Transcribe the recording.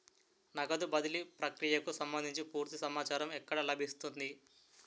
నగదు బదిలీ ప్రక్రియకు సంభందించి పూర్తి సమాచారం ఎక్కడ లభిస్తుంది?